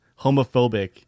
homophobic